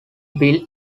bill